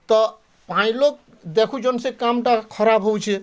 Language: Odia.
ତ ପାନ୍ ଲୋକ୍ ଦେଖୁଛନ୍ ସେ କାମ୍ଟା ଖରାପ୍ ହେଉଛି